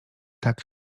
tak